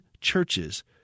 churches